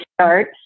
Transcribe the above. start